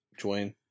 Dwayne